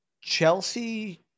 Chelsea